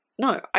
no